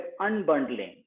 unbundling